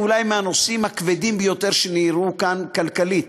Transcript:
זה אולי בנושאים מהכבדים ביותר שנראו כאן כלכלית